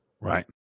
Right